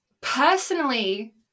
Personally